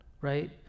right